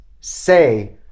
say